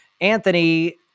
Anthony